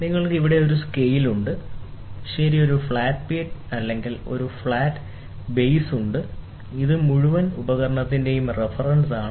നിങ്ങൾക്ക് ഇവിടെ ഒരു സ്കെയിൽ ഉണ്ട് ശരി ഒരു ഫ്ലാറ്റ് പ്ലേറ്റ് അല്ലെങ്കിൽ ഒരു flat base flat plateflat base ഉണ്ട് ഇത് മുഴുവൻ ഉപകരണത്തിന്റേയും റഫറൻസാണ്